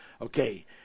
okay